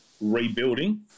rebuilding